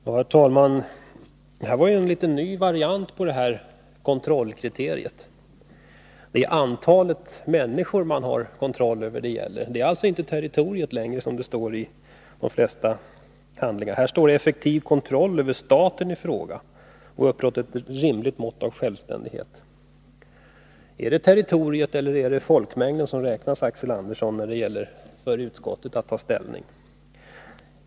Herr talman! Det här var en ny variant på kontrollkriteriet. Det är antalet människor man har kontroll över det gäller — det är alltså inte längre territoriet, som det står i de flesta handlingar. Här står ”utöva en effektiv kontroll över staten i fråga och ha uppnått ett rimligt mått av självständighet”. Är det territoriet, eller är det folkmängden som räknas, Axel Andersson, när det gäller för utskottet att ta ställning?